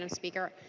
um speaker.